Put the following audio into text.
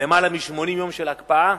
מ-80 יום של הקפאה,